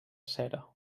cera